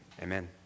amen